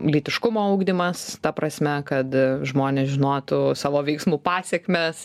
lytiškumo ugdymas ta prasme kad žmonės žinotų savo veiksmų pasekmes